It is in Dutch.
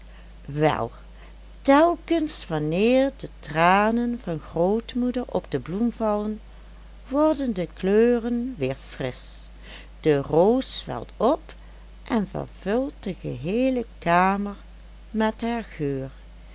wel telkens wanneer de tranen van grootmoeder op de bloem vallen worden de kleuren weer frisch de roos zwelt op en vervult de geheele kamer met haar geur